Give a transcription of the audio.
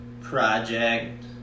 project